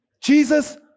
Jesus